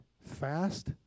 Fast